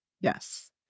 yes